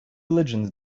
religions